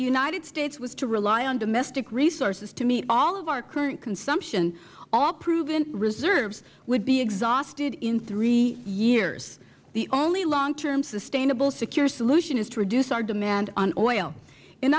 united states was to rely on domestic resources to meet all of our current consumption all proven reserves would be exhausted in three years the only long term sustainable secure solution is to reduce our demand on oil and